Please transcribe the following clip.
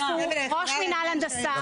ראש מנהל הנדסה,